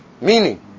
Meaning